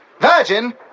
virgin